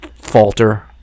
falter